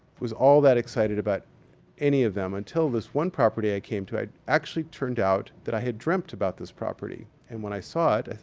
was all that excited about any of them until this one property i came too. it actually turned out that i had dreamt about this property. and when i saw it,